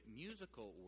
musical